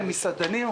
הם מסעדנים,